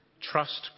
trust